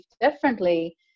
differently